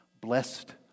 blessed